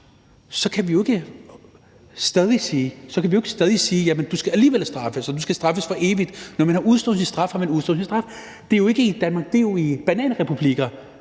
blive ved med at sige, at du alligevel skal straffes, og at du skal straffes for evigt. Når man har udstået sin straf, har man udstået sin straf. Det er jo ikke i Danmark, det er i bananrepublikker,